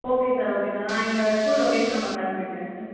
okay sir okay sir நான் எங்கள் school location உங்களுக்கு அனுப்பி வைக்கிறேன் சார்